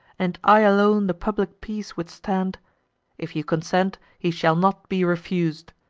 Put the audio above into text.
and i alone the public peace withstand if you consent, he shall not be refus'd,